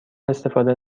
استفاده